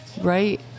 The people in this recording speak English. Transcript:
Right